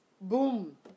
Boom